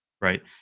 right